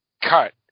cut